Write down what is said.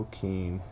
keen